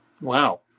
wow